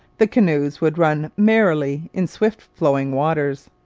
the canoes would run merrily in swift-flowing waters.